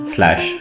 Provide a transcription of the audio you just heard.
Slash